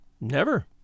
Never